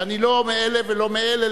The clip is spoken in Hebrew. שאני לא מאלה ולא מאלה,